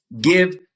give